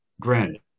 granted